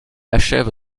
achève